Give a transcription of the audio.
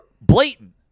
Blatant